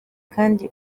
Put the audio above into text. kandi